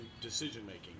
decision-making